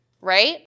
Right